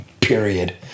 period